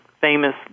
famous